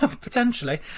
Potentially